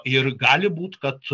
ir gali būt kad